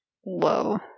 whoa